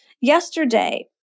Yesterday